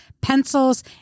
pencils